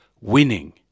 winning